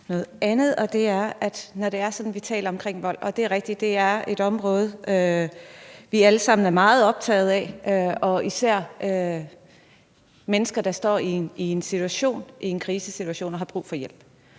noget andet. Når vi taler om vold – og det er rigtigt, at det er et område, vi alle sammen er meget optaget af, især når det gælder mennesker, der står i en krisesituation, og som har brug for hjælp